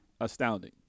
astounding